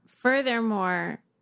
Furthermore